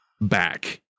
back